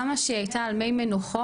כמה שהיא הייתה על מי מנוחות,